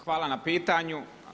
Hvala na pitanju.